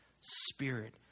spirit